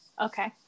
Okay